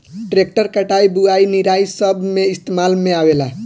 tractor कटाई, बुवाई, निराई सब मे इस्तेमाल में आवेला